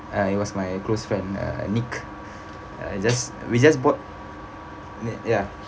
uh it was my close friend uh nick uh just we just bought ya